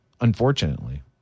unfortunately